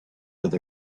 with